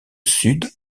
sud